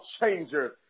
changers